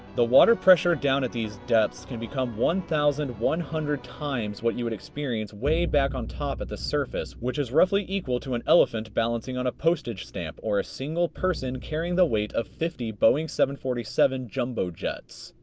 the water pressure down at these depths can become one thousand one hundred times what you would experience way back on top at the surface, which is roughly equal to an elephant balancing on a postage stamp, or a single person carrying the weight of fifty boeing seven hundred and forty seven jumbo jets.